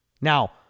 now